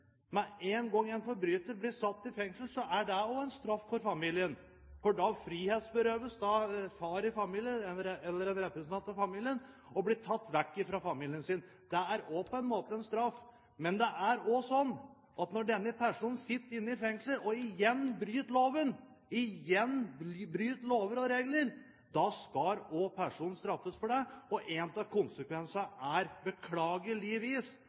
Med en gang en forbryter blir satt i fengsel, er det også en straff for familien, for da frihetsberøves far, eller en representant i familien, og blir tatt vekk fra familien sin. Det er på en måte også en straff. Men det er også slik at når denne personen sitter i fengsel og igjen bryter loven – igjen bryter lover og regler – skal personen straffes for det, og en av konsekvensene er beklageligvis